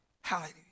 Hallelujah